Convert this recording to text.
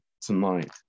tonight